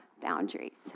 boundaries